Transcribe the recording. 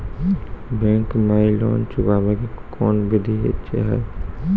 Bank माई loan चुकाबे के कोन बिधि छै?